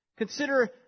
Consider